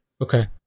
Okay